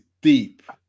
deep